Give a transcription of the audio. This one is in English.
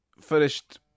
finished